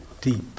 deep